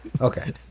okay